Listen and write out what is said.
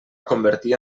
convertir